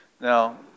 Now